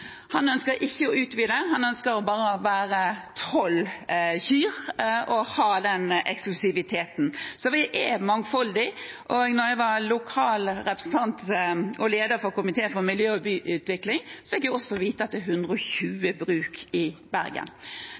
Han ønsker ikke å utvide, men bare ha tolv kyr og beholde eksklusiviteten. Så regionen er mangfoldig. Da jeg var lokal representant og leder i komiteen for miljø- og byutvikling, fikk jeg også vite at det er 120 bruk i Bergen.